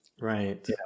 Right